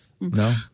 no